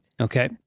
Okay